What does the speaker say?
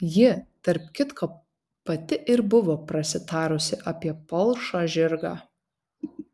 ji tarp kitko pati ir buvo prasitarusi apie palšą žirgą